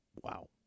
Wow